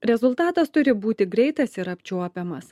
rezultatas turi būti greitas ir apčiuopiamas